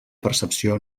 percepció